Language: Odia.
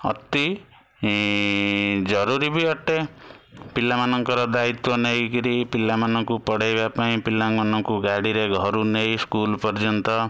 ଅତି ଜରୁରୀ ବି ଅଟେ ପିଲାମାନଙ୍କର ଦାୟିତ୍ଵ ନେଇକିରି ପିଲାମାନଙ୍କୁ ପଢ଼େଇବାପାଇଁ ପିଲାମାନଙ୍କୁ ଗାଡ଼ିରେ ଘରୁ ନେଇ ସ୍କୁଲ୍ ପର୍ଯ୍ୟନ୍ତ